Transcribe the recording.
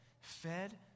Fed